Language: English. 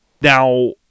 Now